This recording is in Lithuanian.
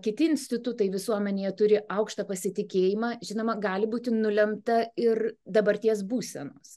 kiti institutai visuomenėje turi aukštą pasitikėjimą žinoma gali būti nulemta ir dabarties būsenos